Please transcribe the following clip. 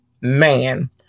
Man